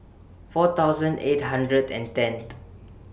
four thousand eight hundred and ten th